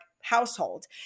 household